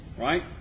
right